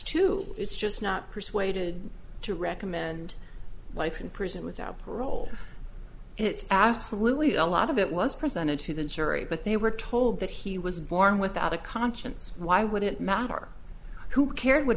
too it's just not persuaded to recommend life in prison without parole it's absolutely a lot of it was presented to the jury but they were told that he was born without a conscience why would it matter who cared what